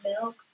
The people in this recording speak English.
milk